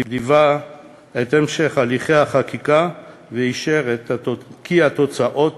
ליווה את המשך הליכי החקיקה ואישר כי התוצאה